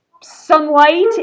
sunlight